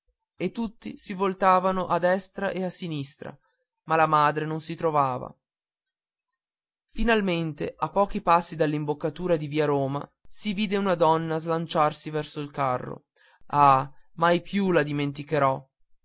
e tutti si voltavano a destra e a sinistra ma la madre non si trovava finalmente a pochi passi dall'imboccatura di via roma si vide una donna slanciarsi verso il carro ah mai più la dimenticherò